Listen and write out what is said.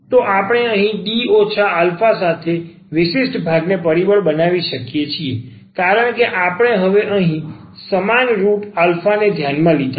તો આપણે અહીં D α સાથે તે વિશિષ્ટ ભાગને પરિબળ બનાવી શકીએ છીએ કારણ કે આપણે હવે અહીં સમાન રુટ ધ્યાનમાં લીધા છે